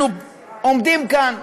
אנחנו עומדים כאן,